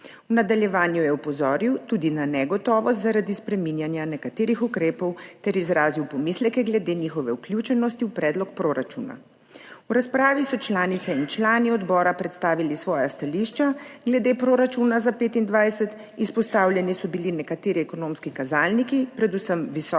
V nadaljevanju je opozoril tudi na negotovost zaradi spreminjanja nekaterih ukrepov ter izrazil pomisleke glede njihove vključenosti v predlog proračuna. V razpravi so članice in člani odbora predstavili svoja stališča glede proračuna za 2025, izpostavljeni so bili nekateri ekonomski kazalniki, predvsem visoka